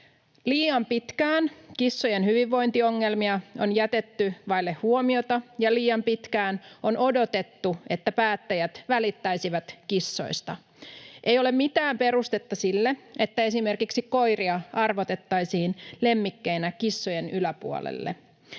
Liian pitkään kissojen hyvinvointiongelmia on jätetty vaille huomiota, ja liian pitkään on odotettu, että päättäjät välittäisivät kissoista. Ei ole mitään perustetta sille, että esimerkiksi koiria arvotettaisiin lemmikkeinä kissojen yläpuolelle.